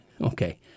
Okay